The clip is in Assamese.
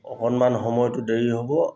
অকণমান সময়টো দেৰি হ'ব